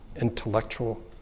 intellectual